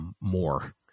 more